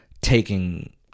taking